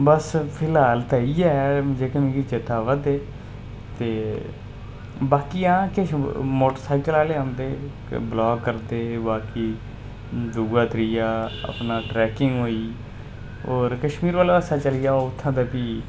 बस फिलहाल ते इ'यै जेह्के मिगी चेता आवा दे ते बाकी हां किश मोटर साईकल आह्ले औंदे ब्लाग करदे बाकी दूआ त्रीआ अपना ट्रैकिंग होई होर कश्मीर आह्ले पास्सै चली जाओ उत्थें ते फ्ही